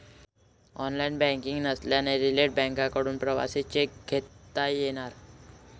online banking नसल्यास retail बँकांकडून प्रवासी चेक घेता येणार